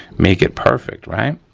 make it perfect, right?